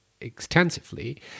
extensively